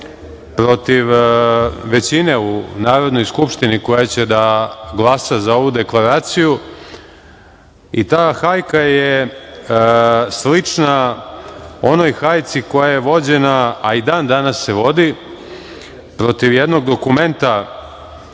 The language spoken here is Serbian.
protiv većine u Narodnoj skupštini koja će da glasa za ovu deklaraciju i ta hajka je slična onoj hajci koja je vođena, a i dan danas se vodi protiv jednog dokumenta